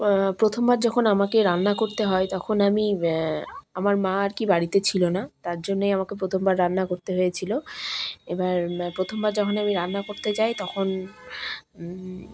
প্রথমবার যখন আমাকে রান্না করতে হয় তখন আমি আমার মা আর কি বাড়িতে ছিল না তার জন্যই আমাকে প্রথমবার রান্না করতে হয়েছিলো এবার প্রথমবার যখন আমি রান্না করতে যাই তখন